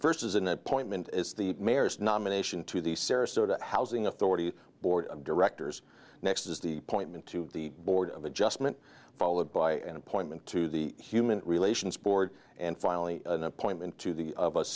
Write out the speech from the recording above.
as an appointment as the mayor's nomination to the sarasota housing authority board of directors next is the point man to the board of adjustment followed by an appointment to the human relations board and finally an appointment to the